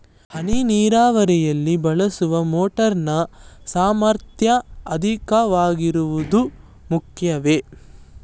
ಹನಿ ನೀರಾವರಿಯಲ್ಲಿ ಬಳಸುವ ಮೋಟಾರ್ ನ ಸಾಮರ್ಥ್ಯ ಅಧಿಕವಾಗಿರುವುದು ಮುಖ್ಯವೇ?